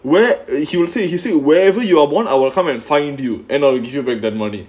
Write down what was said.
where he will say he say you wherever you are born I will come and find you and I'll give you back that money